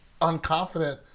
unconfident